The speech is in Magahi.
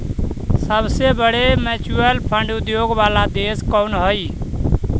सबसे बड़े म्यूचुअल फंड उद्योग वाला देश कौन हई